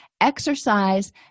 Exercise